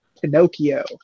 Pinocchio